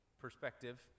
perspective